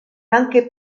anche